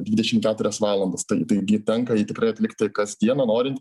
dvidešim keturias valandas tai tai gi tenka jį tikrai atlikti kasdieną norint